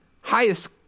highest